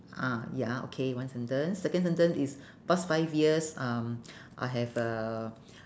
ah ya okay one sentence second sentence is past five years um I have uh